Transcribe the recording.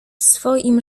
swoim